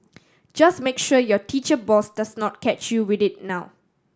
just make sure your teacher boss does not catch you with it now